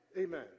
Amen